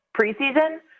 preseason